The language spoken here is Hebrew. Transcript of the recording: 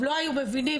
אם לא היו מבינים,